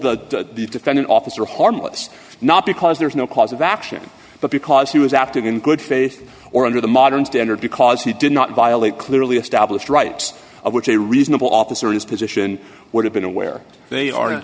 the defendant officer harmless not because there is no cause of action but because he was acting in good faith or under the modern standard because he did not violate clearly established rights of which a reasonable officer his position would have been aware they are in